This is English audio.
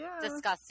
Disgusting